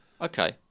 Okay